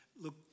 look